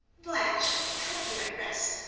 blanche, come here and rest,